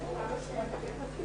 יש להם מינויים מלפני